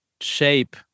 shape